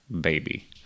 Baby